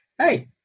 Hey